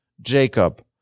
Jacob